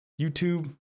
YouTube